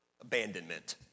abandonment